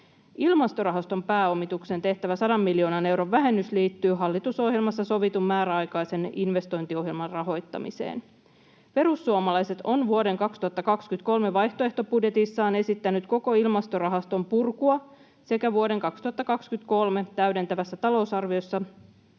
Ilmastorahaston pääomitukseen tehtävä 100 miljoonan euron vähennys liittyy hallitusohjelmassa sovitun määräaikaisen investointiohjelman rahoittamiseen. Perussuomalaiset ovat vuoden 2023 vaihtoehtobudjetissaan esittäneet koko Ilmastorahaston purkua sekä vuoden 2023 täydentävässä talousarviossa